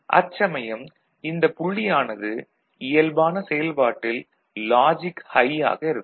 அச்சமயம் இந்த புள்ளியானது இயல்பான செயல்பாட்டில் லாஜிக் ஹை ஆக இருக்கும்